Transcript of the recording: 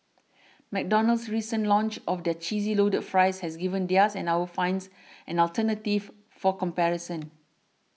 McDonald's recent launch of their cheesy loaded fries has given theirs and our fans an alternative for comparison